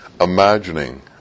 imagining